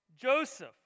Joseph